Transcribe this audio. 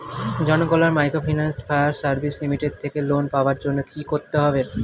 Janakalyan microfinance fire service limited থেকে loan পাওয়ার জন্য কি করতে হবে?